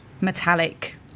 metallic